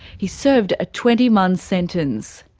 he served a twenty month sentence.